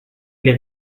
les